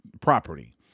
property